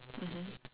mmhmm